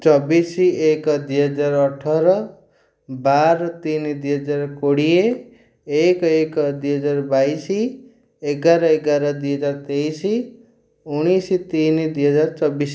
ଚବିଶ ଏକ ଦୁଇ ହଜାର ଅଠର ବାର ତିନି ଦୁଇ ହଜାର କୋଡ଼ିଏ ଏକ ଏକ ଦୁଇ ହଜାର ବାଇଶ ଏଗାର ଏଗାର ଦୁଇ ହଜାର ତେଇଶ ଉଣେଇଶ ତିନି ଦୁଇ ହଜାର ଚବିଶ